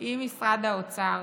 עם משרד האוצר